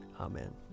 Amen